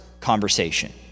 conversation